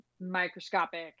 microscopic